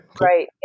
Right